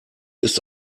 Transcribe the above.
ist